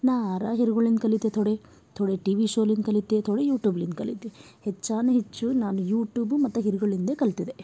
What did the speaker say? ನಾರಾ ಹಿರಿಗಳಿಂದ್ ಕಲಿತೆ ಥೋಡೆ ಥೋಡೆ ಟಿ ವಿ ಶೋಲಿಂದ ಕಲಿತೆ ಥೋಡೆ ಯೂಟ್ಯೂಬ್ಲಿಂದ ಕಲಿತೆ ಹೆಚ್ಚಾನ ಹೆಚ್ಚು ನಾನು ಯೂಟ್ಯೂಬು ಮತ್ತು ಹಿರಿಗಳಿಂದೆ ಕಲ್ತಿದ್ದೆ